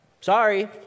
Sorry